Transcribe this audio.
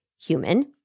human